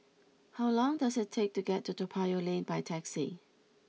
how long does it take to get to Toa Payoh Lane by taxi